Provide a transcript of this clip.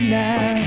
now